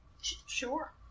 Sure